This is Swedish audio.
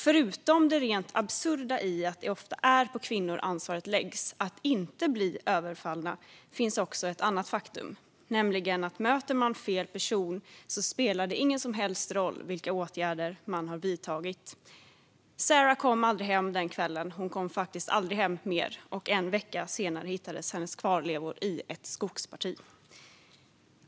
Förutom det rent absurda i att det ofta är på kvinnor ansvaret för att inte bli överfallna läggs finns också ett annat faktum: Möter man fel person spelar det ingen som helst roll vilka åtgärder man vidtagit. Sarah kom aldrig hem den kvällen. Hon kom faktiskt aldrig hem mer. En vecka senare hittades hennes kvarlevor i ett skogsparti.